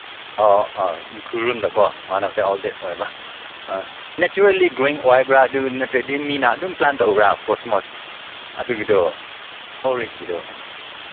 ꯑꯣ ꯑꯣ ꯎꯈ꯭ꯔꯨꯜꯂꯣꯝꯗꯀꯣ ꯋꯥꯟ ꯑꯣꯐ ꯗ ꯑꯣꯜꯗꯦꯁ ꯑꯣꯏꯕ ꯅꯦꯆꯔꯦꯜꯂꯤ ꯒ꯭ꯔꯣꯌꯤꯡ ꯑꯣꯏꯕ꯭ꯔꯥ ꯑꯗꯨ ꯅꯠꯇ꯭ꯔꯗꯤ ꯃꯤ ꯑꯗꯨꯝ ꯄ꯭ꯂꯥꯟ ꯇꯧꯕ꯭ꯔꯥ ꯀꯣꯁꯃꯣ ꯑꯗꯨꯒꯤꯗꯣ ꯄꯥꯎꯔꯩꯒꯤꯗꯣ